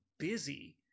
busy